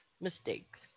mistakes